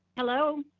hello?